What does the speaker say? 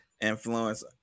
influence